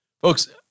Folks